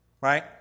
Right